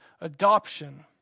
adoption